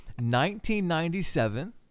1997